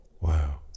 Wow